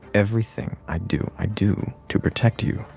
everything i do, i do to protect you,